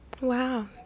Wow